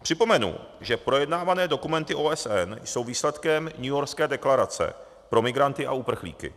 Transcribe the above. Připomenu, že projednávané dokumenty OSN jsou výsledkem Newyorské deklarace pro migranty a uprchlíky.